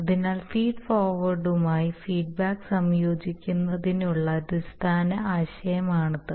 അതിനാൽ ഫീഡ് ഫോർവേഡുമായി ഫീഡ്ബാക്ക് സംയോജിപ്പിക്കുന്നതിനുള്ള അടിസ്ഥാന ആശയമാണിത്